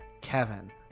Kevin